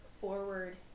forward